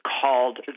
called